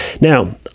Now